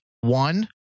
One